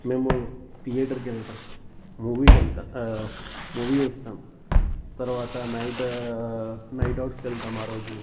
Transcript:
మేము థియేటర్కి వెళ్తాము మూవీకి వెళ్తాము మూవీ చూస్తాము తర్వాత నైట్ నైట్ఔట్స్ వెళతాం ఆ రోజు